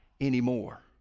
anymore